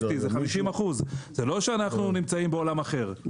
זה לא 50%. זה לא שאנחנו נמצאים בעולם אחר,